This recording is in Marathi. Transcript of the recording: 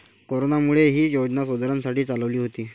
कोरोनामुळे, ही योजना मजुरांसाठी चालवली होती